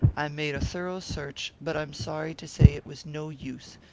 i made a thorough search, but i'm sorry to say it was no use.